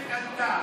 ישראל התעלתה.